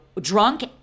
drunk